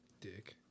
Dick